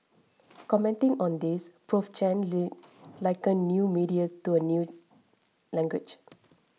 commenting on this Prof Chen link likened a new media to a new language